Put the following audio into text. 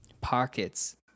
pockets